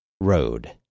road